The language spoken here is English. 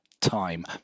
time